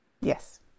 yes